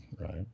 right